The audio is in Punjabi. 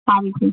ਹਾਂਜੀ